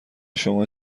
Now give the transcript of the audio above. شما